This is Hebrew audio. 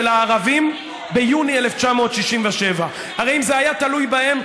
הערבים ביוני 1967. הרי אם זה היה תלוי בהם,